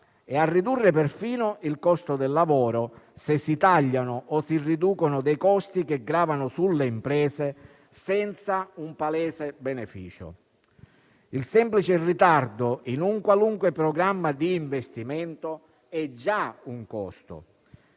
a ridurre il costo del lavoro, se si tagliano o si riducono dei costi che gravano sulle imprese senza un palese beneficio. Il semplice ritardo in un qualunque programma di investimento è già un costo